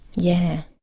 yeah.